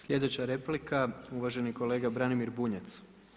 Sljedeća replika, uvaženi kolega Branimir Bunjac.